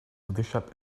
leadership